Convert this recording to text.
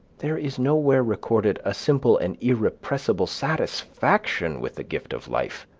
there is nowhere recorded a simple and irrepressible satisfaction with the gift of life,